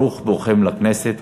ברוך בואכם לכנסת.